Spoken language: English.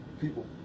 people